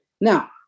Now